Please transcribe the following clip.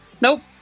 Nope